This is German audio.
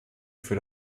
für